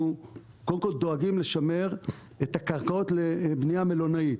קודם כל דואגים לשמר את הקרקעות לבנייה מלונאית.